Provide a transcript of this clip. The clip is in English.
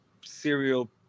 serial